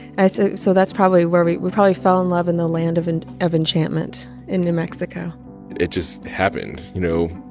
i said so that's probably where we we probably fell in love in the land of and of enchantment in new mexico it just happened, you know?